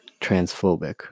transphobic